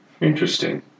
Interesting